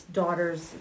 daughter's